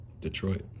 Detroit